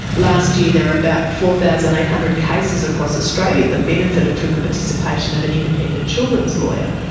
last year there were about four thousand eight hundred cases across australia that benefited from the participation of an independent children's lawyer.